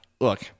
look